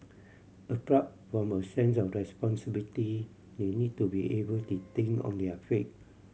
apart from a sense of responsibility they need to be able to think on their feet